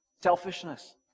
selfishness